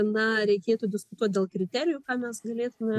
na reikėtų diskutuot dėl kriterijų ką mes galėtume